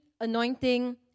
Anointing